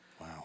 Wow